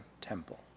temple